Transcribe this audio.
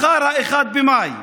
מחר, 1 במאי,